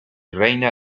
reina